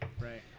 Right